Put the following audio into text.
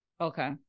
Okay